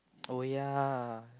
oh ya